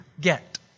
get